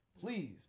Please